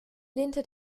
lehnte